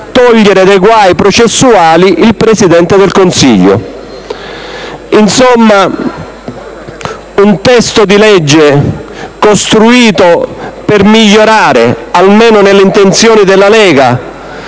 togliere dai guai processuali il Presidente del Consiglio. Insomma, un testo di legge costruito per migliorare, almeno nelle intenzioni della Lega,